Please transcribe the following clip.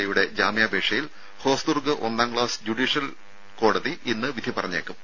എയുടെ ജാമ്യാപേക്ഷയിൽ ഹോസ്ദുർഗ് ഒന്നാം ക്ലാസ് ജുഡീഷ്യൽ കോടതി ഇന്ന് വിധി പറഞ്ഞേക്കും